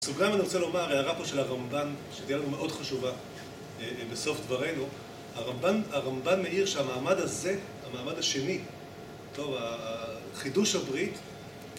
בסוגרים אני רוצה לומר, הערה פה של הרמבן, שתהיה לנו מאוד חשובה, בסוף דברנו, הרמבן הרמבן מאיר שהמעמד הזה, המעמד השני, חידוש הברית,